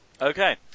Okay